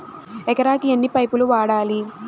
ఎకరాకి ఎన్ని పైపులు వాడాలి?